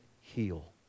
heal